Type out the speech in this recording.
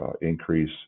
increase